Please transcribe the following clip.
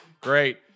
Great